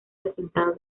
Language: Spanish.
resultado